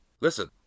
Listen